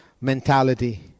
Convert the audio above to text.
mentality